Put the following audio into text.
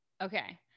Okay